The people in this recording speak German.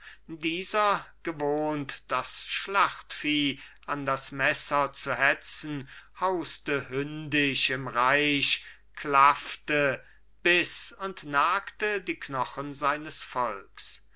dieser gewohnt das schlachtvieh an das messer zu hetzen hauste hündisch im reich klaffte biß und nagte die knochen seines volks